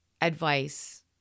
advice